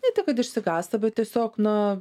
ne tik kad išsigąsta bet tiesiog na